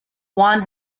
won